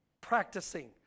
practicing